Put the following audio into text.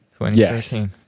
2013